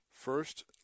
First